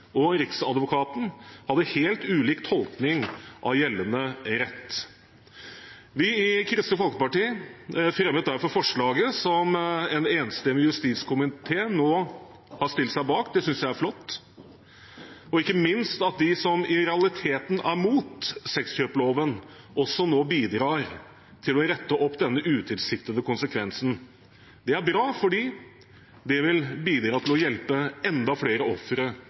og Riksadvokaten hadde helt ulik tolkning av gjeldende rett. Vi i Kristelig Folkeparti fremmet derfor forslaget som en enstemmig justiskomité nå har stilt seg bak. Det synes jeg er flott. Og ikke minst er det flott at de som i realiteten er imot sexkjøpsloven, nå bidrar til å rette opp denne utilsiktede konsekvensen. Det er bra fordi det vil bidra til å hjelpe enda flere ofre